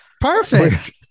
Perfect